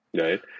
Right